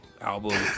album